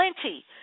plenty